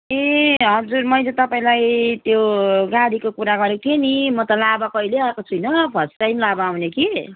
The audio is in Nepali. ए हजुर मैले तपाईँलाई त्यो गाडीको कुरा गरेको थिएँ नि म त लाभा कहिले आएको छुइनँ फर्स्ट टाइम लाभा आउने कि